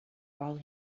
all